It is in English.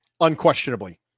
unquestionably